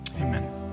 Amen